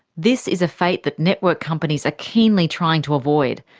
this is a fate that network companies are keenly trying to avoid.